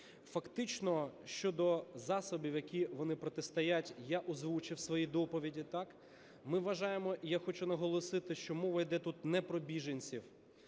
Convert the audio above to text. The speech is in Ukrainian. Фактично щодо засобів, яким вони протистоять, я озвучив в своїй доповіді, так. Ми вважаємо і я хочу наголосити, що мова йде тут не про біженців,